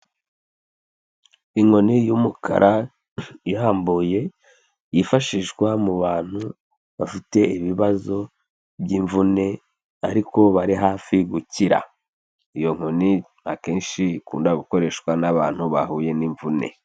Inkoni y'umukara irambuye yifashishwa mu bantu bafite ibibazo by'imvune ariko bari hafi gukira. Iyo nkoni akenshi ikunda gukoreshwa n'abantu bahuye n'imvune.